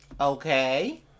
Okay